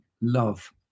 love